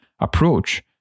approach